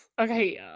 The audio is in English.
Okay